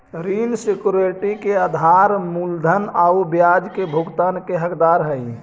ऋण सिक्योरिटी के धारक मूलधन आउ ब्याज के भुगतान के हकदार हइ